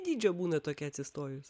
dydžio būna tokia atsistojusi